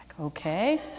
okay